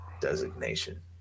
designation